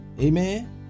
amen